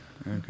Okay